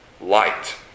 light